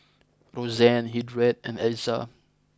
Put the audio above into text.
Roxanne Hildred and Alexa